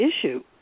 issue